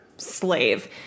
Slave